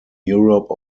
europe